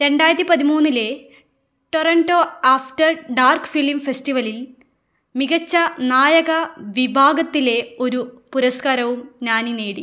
രണ്ടായിത്തി പതിമൂന്നിലെ Toronto after dark film ഫെസ്റ്റിവലിൽ മികച്ച നായക വിഭാഗത്തിലെ ഒരു പുരസ്കാരവും നാനി നേടി